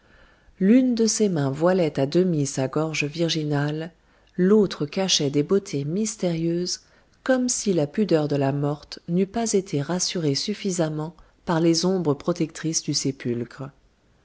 l'une de ses mains voilait à demi sa gorge virginale l'autre cachait des beautés mystérieuses comme si la pudeur de la morte n'eût pas été rassurée suffisamment par les ombres protectrices du sépulcre